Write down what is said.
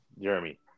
Jeremy